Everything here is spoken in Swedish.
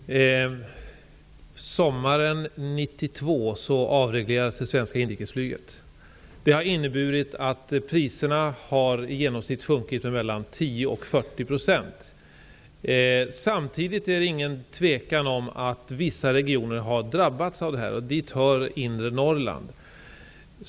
Fru talman! Sommaren 1992 avreglerades det svenska inrikesflyget. Det har inneburit att priserna i genomsnitt har sjunkit mellan 10 % och 40 %. Samtidigt råder inget tvivel om att vissa regioner har drabbats av detta. Dit hör inre Norrland.